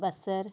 बसर